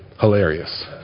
hilarious